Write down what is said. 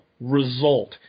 result